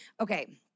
Okay